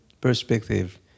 perspective